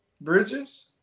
Bridges